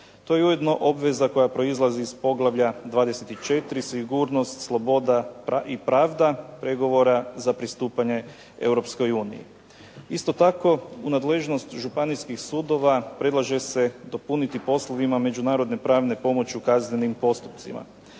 To je ujedno obveza koja proizlazi iz poglavlja 24. – Sigurnost, sloboda i pravda pregovora za pristupanje Europskoj uniji. Isto tako, u nadležnost županijskih sudova predlaže se dopuniti poslovima međunarodne pravne pomoći u kaznenim postupcima.